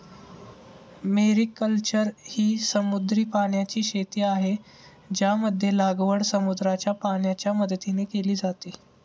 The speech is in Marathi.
मेरीकल्चर ही समुद्री पाण्याची शेती आहे, ज्यामध्ये लागवड समुद्राच्या पाण्याच्या मदतीने केली जाते